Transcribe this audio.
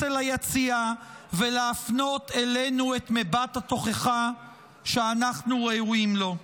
אל היציע ולהפנות אלינו את מבט התוכחה שאנחנו ראויים לו.